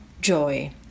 joy